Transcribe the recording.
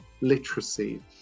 literacy